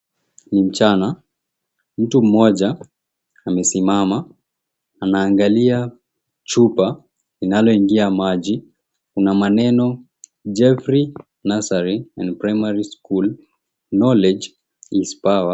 Ni mchana, mtu mmoja amesimama anaangalia chupa linaloingia maji na maneno, Jeffry Nursery and Primary School. Knowledge is power.